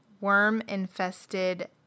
worm-infested